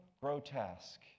grotesque